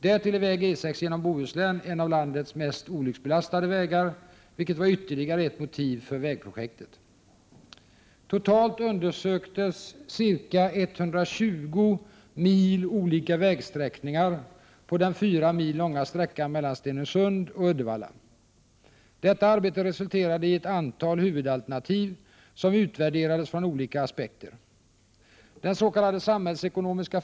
Därtill är väg E6 genom Bohuslän en av landets mest olycksbelastade vägar, vilket var ytterligare ett motiv för vägprojektet. Totalt undersöktes 120 olika vägsträckningar på den 4 mil långa sträckan mellan Stenungsund och Uddevalla. Detta arbete resulterade i ett antal huvudalternativ som utvärderades från olika aspekter.